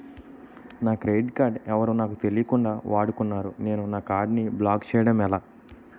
నా credit card ఎవరో నాకు తెలియకుండా వాడుకున్నారు నేను నా కార్డ్ ని బ్లాక్ చేయడం ఎలా?